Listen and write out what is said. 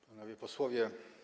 Panowie Posłowie!